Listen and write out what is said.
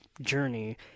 journey